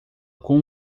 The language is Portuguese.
com